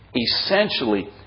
essentially